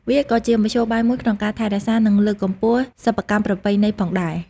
វាក៏ជាមធ្យោបាយមួយក្នុងការថែរក្សា និងលើកកម្ពស់សិប្បកម្មប្រពៃណីផងដែរ។